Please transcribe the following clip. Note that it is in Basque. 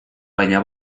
baina